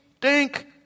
dink